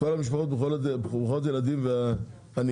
כל המשפחות ברוכות ילדים ועניים,